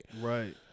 Right